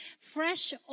fresh